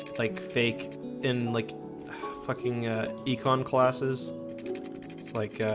like fake in like fucking econ classes like